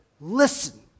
listen